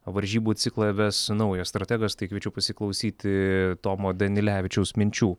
varžybų ciklą ves naujas strategas tai kviečiu pasiklausyti tomo danilevičiaus minčių